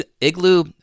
Igloo